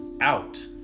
out